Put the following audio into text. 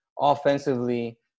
offensively